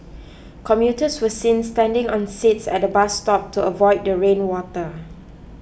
commuters were seen standing on seats at bus stop to avoid the rain water